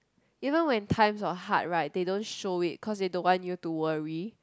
you know when times are hard right they don't show it cause they don't want you to worry